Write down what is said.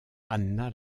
anna